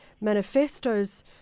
manifestos